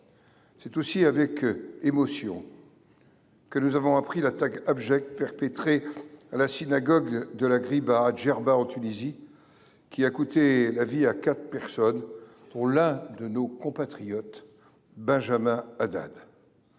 aussi vive que nous avons appris l'attaque abjecte perpétrée à la synagogue de la Ghriba, à Djerba en Tunisie, qui a coûté la vie à quatre personnes, dont l'un de nos compatriotes, Benjamin Haddad.